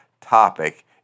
topic